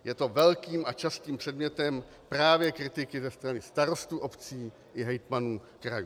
Je to velkým a častým předmětem právě kritiky ze strany starostů obcí i hejtmanů krajů.